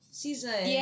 season